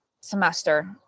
semester